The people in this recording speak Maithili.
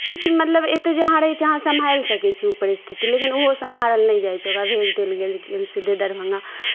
किछु मतलब एतय जे अहाँ रहै छी अहाँ सम्भालि सकै छी ओ परिस्थिति लेकिन ओहो सम्हारल नहि जाइ छै ओकरा भेज देल गेल सीधे दरभंगा